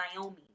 Naomi